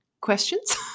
questions